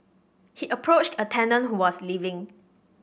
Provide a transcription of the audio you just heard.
he approached a tenant who was leaving